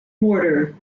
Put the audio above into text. mortar